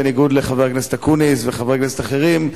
בניגוד לחבר הכנסת אקוניס וחברי כנסת אחרים,